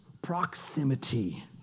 proximity